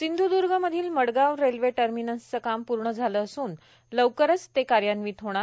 सिंधूदूर्ग मधील मडगाव रेल्वे टर्मिनसचं काम पूर्ण झालं असून लवकरचं कार्यान्वित होणार